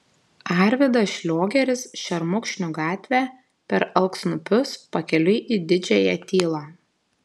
arvydas šliogeris šermukšnių gatve per alksniupius pakeliui į didžiąją tylą